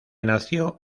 nació